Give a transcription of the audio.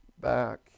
back